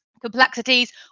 complexities